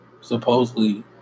supposedly